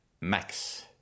max